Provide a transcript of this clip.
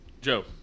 Joe